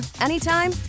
anytime